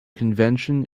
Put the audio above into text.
convention